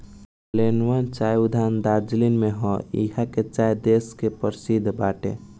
Glenburn चाय उद्यान दार्जलिंग में हअ इहा के चाय देश के परशिद्ध बाटे